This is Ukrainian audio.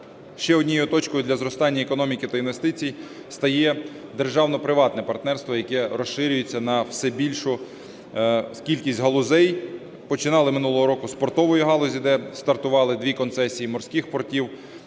Ще однією точкою для зростання економіки та інвестицій стає державно-приватне партнерство, яке розширюється на все більшу кількість галузей. Починали минулого року з портової галузі, де стартували дві концесії морських портів,